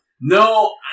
No